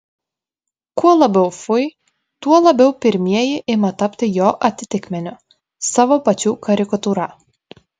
kuo labiau fui tuo labiau pirmieji ima tapti jo atitikmeniu savo pačių karikatūra